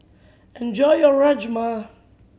enjoy your Rajma